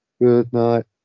goodnight